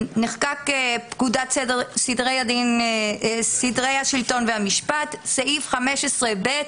נחקקה פקודת סדרי השלטון והמשפט, סעיף 15(ב)